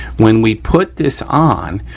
when we put this on,